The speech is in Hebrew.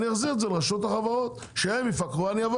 אחזיר את זה לרשות החברות שהם יפקחו - אבוא